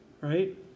right